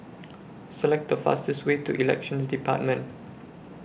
Select The fastest Way to Elections department